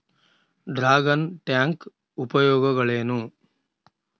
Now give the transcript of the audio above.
Dragon tank ಉಪಯೋಗಗಳೇನು?